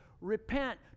Repent